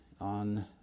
on